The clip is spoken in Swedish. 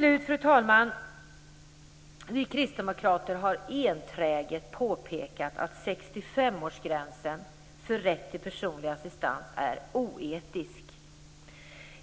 Slutligen har vi kristdemokrater enträget påpekat att 65-årsgränsen för rätt till personlig assistent är oetisk.